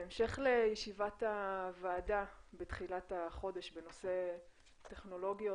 בהמשך לישיבת הוועדה בתחילת החודש בנושא טכנולוגיות